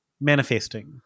manifesting